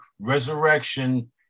Resurrection